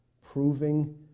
proving